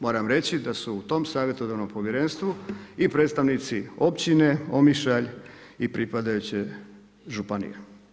Moram reći da su u tom savjetodavnom povjerenstvu i predstavnici općine Omišalj i pripadajuće županije.